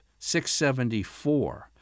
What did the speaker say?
674